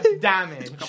damage